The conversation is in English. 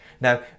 Now